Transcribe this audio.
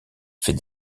fait